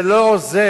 זה לא עוזר